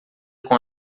com